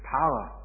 power